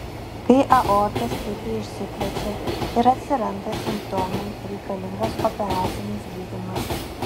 kai aorta stipriai išsiplečia ir atsiranda simptomai reikalingas operacinis gydymas